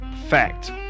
Fact